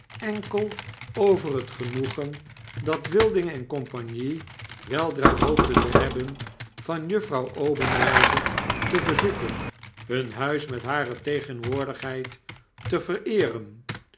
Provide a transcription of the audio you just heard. enkel over het genoegen dat wilding en cie weldra hoopten te hebben van juffrouw obenreizer te verzoeken hun huis met hare tegenwoordigheid te vereeren